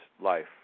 life